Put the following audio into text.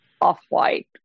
off-white